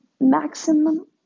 maximum